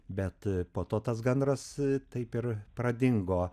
bet po to tas gandras taip ir pradingo